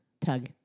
Tug